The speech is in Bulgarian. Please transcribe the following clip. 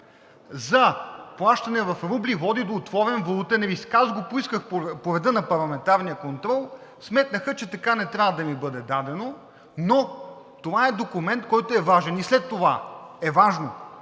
за плащане в рубли води до отворен валутен риск? Аз го поисках по реда на парламентарния контрол, сметнаха, че така не трябва да ми бъде дадено, но това е документ, който е важен. И след това е важно